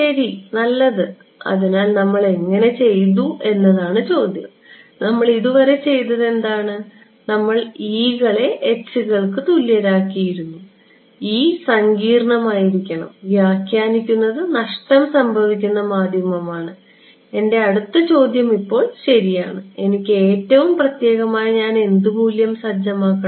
ശരി നല്ലത് അതിനാൽ നമ്മൾ എങ്ങനെ ചെയ്തു എന്നതാണ് ചോദ്യം നമ്മൾ ഇതുവരെ ചെയ്തത് എന്താണ് നമ്മൾ കളെ കൾക്ക് തുല്യരായിരിക്കുന്നു സങ്കീർണ്ണമായിരിക്കണം വ്യാഖ്യാനിക്കുന്നത് നഷ്ടം സംഭവിക്കുന്ന മാധ്യമമാണ് എന്റെ അടുത്ത ചോദ്യം ഇപ്പോൾ ശരിയാണ് എനിക്ക് ഏറ്റവും പ്രത്യേകമായി ഞാൻ എന്ത് മൂല്യം സജ്ജമാക്കണം